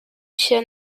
się